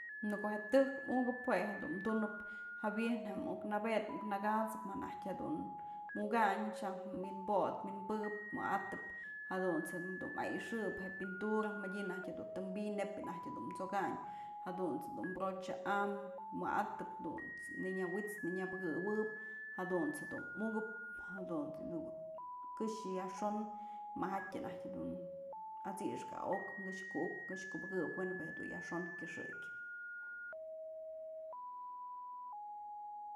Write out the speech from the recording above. Në ko'o je tëjk mukëp jue jedun tunëp, jawi'in je'e muk napëd, muk nakat'sëp ma najtyë jedun mukanyë tyam wi'in bodëp wi'in pëkëp, wa'atëp jadunt's jedun ayxëp pintura mëdyë najk dun tëm bi'iy, nep bi'i naj dum t'sokanyë jadunt's jedun brocha am wa'atëp, jadunt's nënyawi'ts nënyapëkëwëp jadunt's jedun mukëp, jadunt's këxë yajxon majatyë najk dun at'six aok këx ku'uk këx kupëkëp we'en bi'i du yajxon kyëxëk.